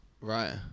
Right